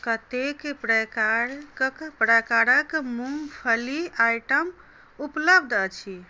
कतेक प्रकारक मूंमफली आइटम उपलब्ध अछि